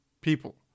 people